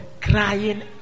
Crying